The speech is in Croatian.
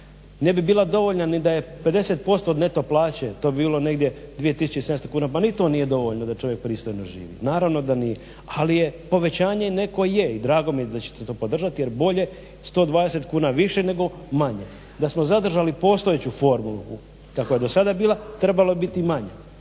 Ne bi bila dovoljna ni da je 50% od neto plaće. To bi bilo negdje 2700 kuna. Pa ni to nije dovoljno da čovjek pristojno živi, naravno da nije. Ali je povećanje neko je i drago mi je da ćete to podržati, jer bolje 120 kuna više nego manje. Da smo zadržali postojeću formulu koja je do sada bila trebalo je biti manje.